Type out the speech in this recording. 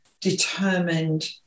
determined